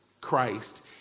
Christ